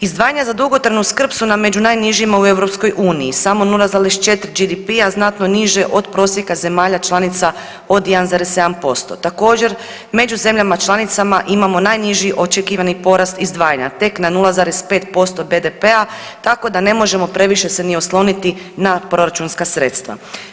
Izdvajanja za dugotrajnu skrb su na među najnižim u EU, samo 0,4 GDP-a znatno niže od prosjeka zemalja članica od 1,7%, također među zemljama članicama imamo najniži očekivani porast izdvajanja tek na 0,5% BDP-a tako da ne može previše se ni osloniti na proračunska sredstva.